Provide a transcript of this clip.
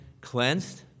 cleansed